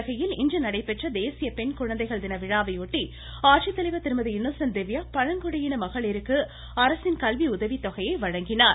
உதகையில் இன்று நடைபெற்ற தேசிய பெண்குழந்தைகள் தின விழாவை ட்டி ஆட்சித்தலைவர் திருமதி இன்னசென்ட் திவ்யா பழங்குடியின மகளிருக்கு அரசின் கல்வி உதவி தொகையை வழங்கினார்